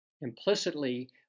implicitly